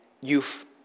youth